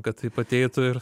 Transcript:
kad taip ateitų ir